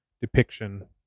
depiction